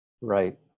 Right